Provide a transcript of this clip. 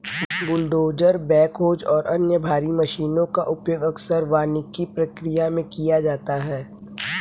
bulldozer backhoes और अन्य भारी मशीनों का उपयोग अक्सर वानिकी प्रक्रिया में किया जाता है